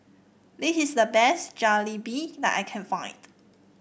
this is the best Jalebi that I can find